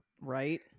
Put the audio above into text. Right